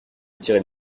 tirer